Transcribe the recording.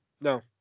no